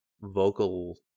vocal